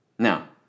Now